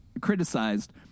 criticized